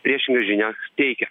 priešingą žinią teikia